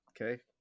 Okay